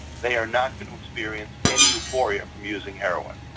they are not going to experience any euphoria from using heroin.